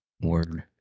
word